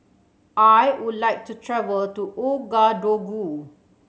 I would like to travel to Ouagadougou